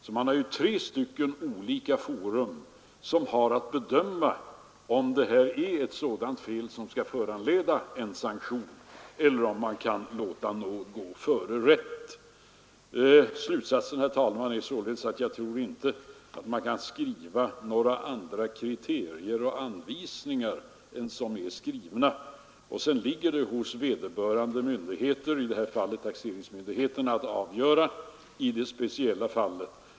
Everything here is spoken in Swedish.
Det är alltså tre olika fora som har att bedöma om det begångna felet är sådant som skall föranleda en sanktion eller om man kan låta nåd gå före rätt. Slutsatsen blir alltså att jag inte tror att man kan skriva kriterier eller anvisningar på annat sätt än som de nu är skrivna. Sedan ankommer det på vederbörande myndigheter, i detta fall taxeringsmyndigheterna, att avgöra frågorna i varje speciellt fall.